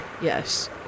Yes